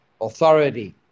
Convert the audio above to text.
authority